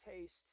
taste